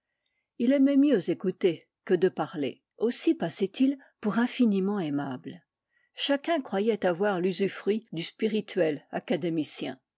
il aimait mieux écouter que de parler aussi passait-il pour infiniment aimable chacun croyait avoir l'usufruit du spirituel académicien